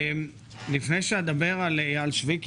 לפני שאדבר על אייל שויקי,